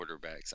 quarterbacks